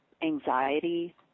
anxiety